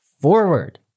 forward